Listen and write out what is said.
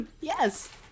Yes